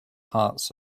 hearts